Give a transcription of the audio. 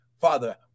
Father